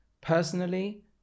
Personally